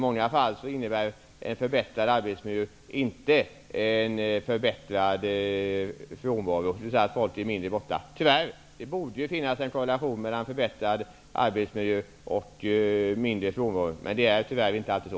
I många fall leder en förbättrad arbetsmiljö inte till att frånvaron minskar. Det borde finnas ett samband mellan förbättrad arbetsmiljö och minskad frånvaro, men det är tyvärr inte alltid så.